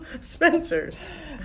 Spencers